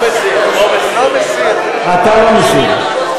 אתה לא מסיר.